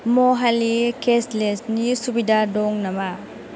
महालि केसलेसनि सुबिदा दं नामा